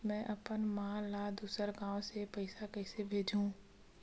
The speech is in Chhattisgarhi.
में अपन मा ला दुसर गांव से पईसा कइसे भेजहु?